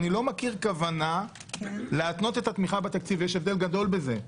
אני לא מכיר כוונה להתנות את התמיכה בתקציב ויש הבדל גדול בזה.